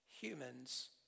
humans